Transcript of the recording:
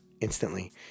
instantly